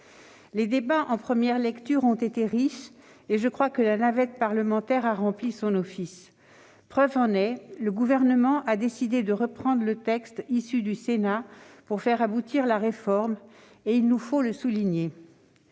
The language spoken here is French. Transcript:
Les débats en première lecture ont été riches et, me semble-t-il, la navette parlementaire a rempli son office. La preuve en est que le Gouvernement a décidé de reprendre le texte issu du Sénat pour faire aboutir la réforme- il nous faut le souligner.